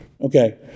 Okay